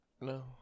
No